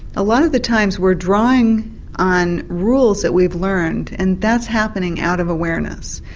a lot of the times we're drawing on rules that we've learned and that's happening out of awareness.